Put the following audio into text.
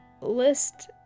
list